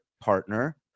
partner